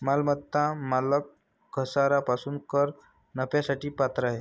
मालमत्ता मालक घसारा पासून कर नफ्यासाठी पात्र आहे